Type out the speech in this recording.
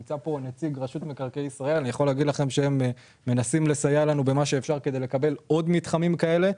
רשות מקרקעין ישראל מנסה לסייע לנו במה שאפשר כדי לקבל עוד מתחמים כאלה.